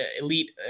elite